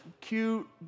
cute